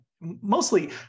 Mostly